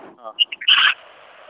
ᱚ